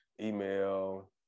email